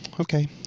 Okay